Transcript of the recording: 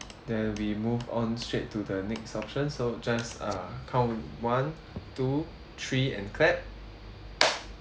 there we move on straight to the next option so just uh count one two three and clap